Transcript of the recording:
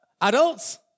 adults